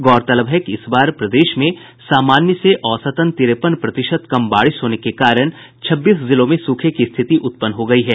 गौरतलब है कि इस बार प्रदेश में समान्य से औसतन तिरेपन प्रतिशत कम बारिश होने के कारण छब्बीस जिलों में सूखे की स्थिति उत्पन्न हो गयी है